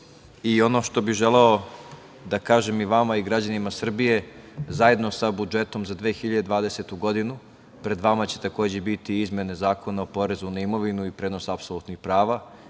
Ono što bih želeo da kažem i vama i građanima Srbije, zajedno sa budžetom za 2020. godinu, pred vama će takođe biti i izmene Zakona o porezu na imovinu i prenosu apsolutnih prava.